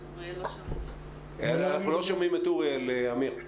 לא חלקים בתוך המגזר העסקי.